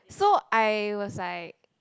so I was like